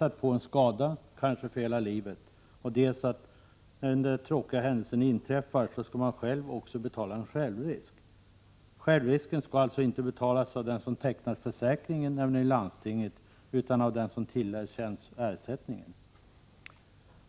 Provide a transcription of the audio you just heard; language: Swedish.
att få en skada, kanske för hela livet, och om den tråkiga händelsen inträffar dessutom betala en självrisk. Självrisken skall inte betalas av den som tecknat försäkringen, nämligen landstinget, utan av den som tillerkänts ersättningen.